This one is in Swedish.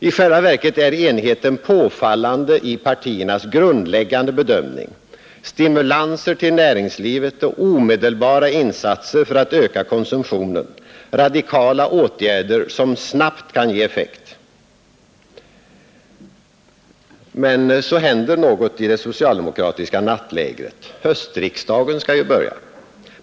I själva verket är enigheten påfallande i partiernas grundläggande bedömning: stimulanser till näringslivet och omedelbara insatser för att öka konsumtionen, radikala åtgärder som snabbt kan ge effekt. Men så händer något i det socialdemokratiska nattlägret. Höstriksdagen skall ju börja.